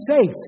safe